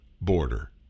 border